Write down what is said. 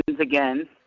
again